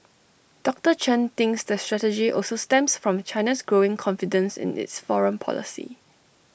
doctor Chen thinks the strategy also stems from China's growing confidence in its foreign policy